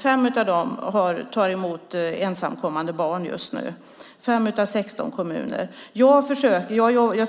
5 av dem tar emot ensamkommande barn just nu - 5 av 16 kommuner. Jag